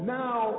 now